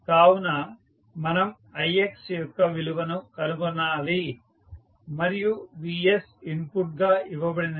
కావున మనం ix యొక్క విలువను కనుగొనాలి మరియు vs ఇన్పుట్ గా ఇవ్వబడినది